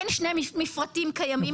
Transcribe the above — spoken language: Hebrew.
אין שני מפרטים קיימים,